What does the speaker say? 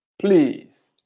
please